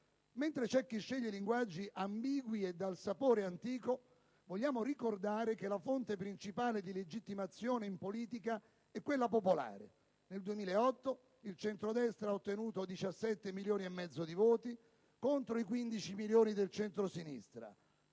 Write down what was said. Mentre c'è chi sceglie i linguaggi ambigui e dal sapore antico, voglio ricordare che la fonte principale di legittimazione in politica è quella popolare. Nel 2008 il centrodestra ha ottenuto 17 milioni e mezzo di voti contro i 15 milioni del centro sinistra.